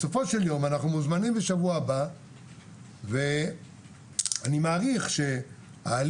בסופו של יום אנחנו מוזמנים לשבוע הבא ואני מעריך שההליך